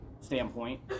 standpoint